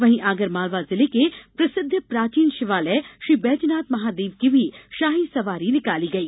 वहीं आगरमालवा जिले के प्रसिद्ध प्राचीन शिवालय श्रीबैजनाथ महादेव की भी शाही सवारी निकाली गई